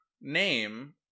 name